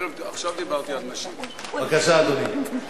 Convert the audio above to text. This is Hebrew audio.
בבקשה, אדוני.